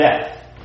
death